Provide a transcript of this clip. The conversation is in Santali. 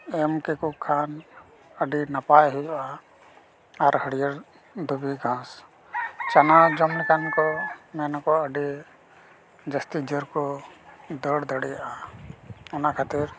ᱮᱢ ᱠᱮᱠᱚ ᱠᱷᱟᱱ ᱟᱰᱤ ᱱᱟᱯᱟᱭ ᱦᱩᱭᱩᱜᱼᱟ ᱟᱨ ᱦᱟᱹᱲᱭᱟᱹᱲ ᱫᱷᱩᱵᱤ ᱜᱷᱟᱸᱥ ᱪᱟᱱᱟ ᱡᱚᱢ ᱞᱮᱠᱷᱟᱱ ᱠᱚ ᱢᱮᱱᱟᱠᱚ ᱟ ᱰᱤ ᱡᱟᱹᱥᱛᱤ ᱡᱳᱨ ᱠᱚ ᱫᱟᱹᱲ ᱫᱟᱲᱮᱭᱟᱜᱼᱟ ᱚᱱᱟ ᱠᱷᱟᱹᱛᱤᱨ